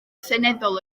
seneddol